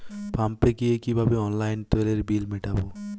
পাম্পে গিয়ে কিভাবে অনলাইনে তেলের বিল মিটাব?